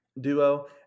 duo